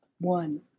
One